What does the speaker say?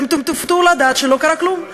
תופתעו לדעת שלא קרה כלום.